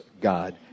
God